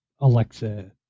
Alexa